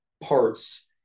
parts